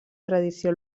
tradició